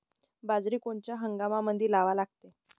बाजरी कोनच्या हंगामामंदी लावा लागते?